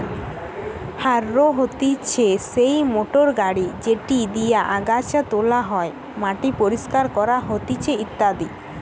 harrow হতিছে সেই motor গাড়ি যেটি দিয়া আগাছা তোলা হয়, মাটি পরিষ্কার করা হতিছে ইত্যাদি